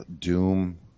Doom